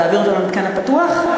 להעביר אותם למתקן הפתוח?